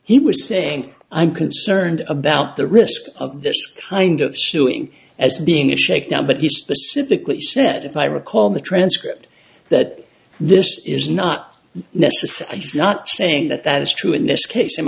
he was saying i'm concerned about the risk of this kind of suing as being a shakedown but he specifically said if i recall the transcript that this is not necessary it's not saying that that is true in this case am